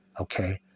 Okay